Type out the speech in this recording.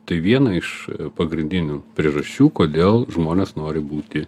tai viena iš pagrindinių priežasčių kodėl žmonės nori būti